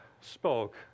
spoke